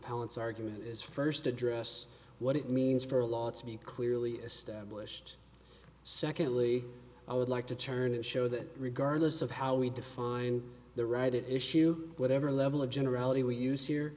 palance argument is first address what it means for a law to be clearly established secondly i would like to turn and show that regardless of how we define the right issue whatever level of generality we use